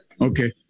Okay